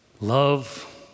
Love